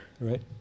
Right